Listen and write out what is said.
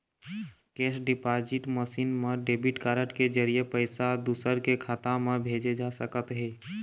cash deposit machine म debit card के जरिए पइसा दूसर के खाता म भेजे जा सकत हे